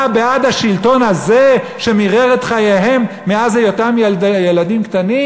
בעד השלטון הזה שמירר את חייהם מאז היותם ילדים קטנים?